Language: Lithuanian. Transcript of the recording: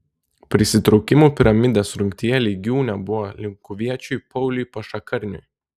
prisitraukimų piramidės rungtyje lygių nebuvo linkuviečiui pauliui pašakarniui